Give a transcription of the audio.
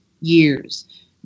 years